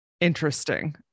interesting